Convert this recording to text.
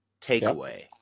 takeaway